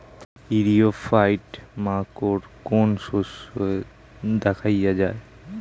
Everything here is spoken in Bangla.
ইরিও ফাইট মাকোর কোন শস্য দেখাইয়া যায়?